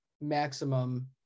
maximum